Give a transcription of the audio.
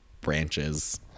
branches